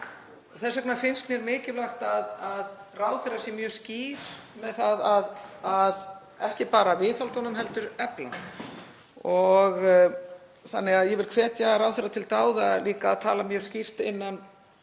Þess vegna finnst mér mikilvægt að ráðherrar séu mjög skýrir með það að ekki bara viðhalda honum heldur efla hann. Ég vil hvetja ráðherra til dáða en líka að tala mjög skýrt innan